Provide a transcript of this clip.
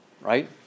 right